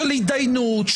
של התדיינות,